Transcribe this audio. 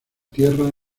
tierra